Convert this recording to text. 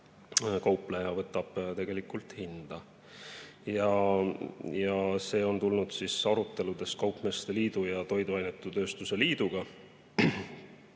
kaupleja võtab tegelikult tasu. See on tulnud aruteludes kaupmeeste liidu ja toiduainetööstuse liiduga